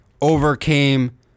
overcame